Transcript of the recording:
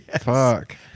Fuck